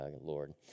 Lord